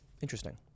Interesting